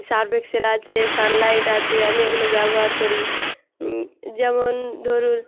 Surf Excel আছে Sunlight আছে আমি এগুলো ব্যবহার করি যেমন ধরুন